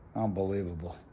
unbelievable.